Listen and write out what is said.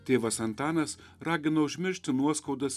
tėvas antanas ragino užmiršti nuoskaudas